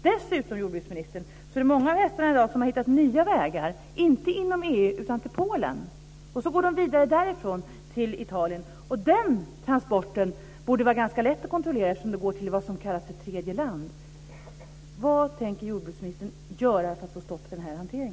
Dessutom, jordbruksministern, har man i dag hittat nya vägar för hästarna, inte inom EU utan till Polen. Därifrån går de vidare till Italien. Den transporten borde vara ganska lätt att kontrollera, eftersom den går till vad som kallas för tredje land. Vad tänker jordbruksministern göra för att sätta stopp för denna hantering?